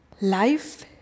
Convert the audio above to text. life